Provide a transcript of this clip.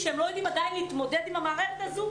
רק 17% מבין הילדים יש להם את המערכת המתוקשבת.